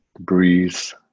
Breeze